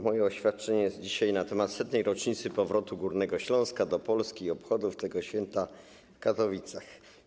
Moje oświadczenie jest dzisiaj na temat 100. rocznicy powrotu Górnego Śląska do Polski i obchodów tego święta w Katowicach.